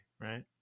right